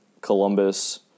Columbus